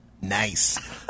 Nice